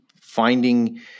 finding